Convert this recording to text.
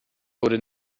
wurde